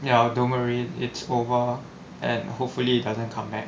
ya don't worry it's over and hopefully it doesn't come back